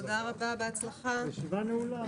הישיבה ננעלה